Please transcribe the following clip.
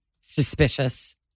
suspicious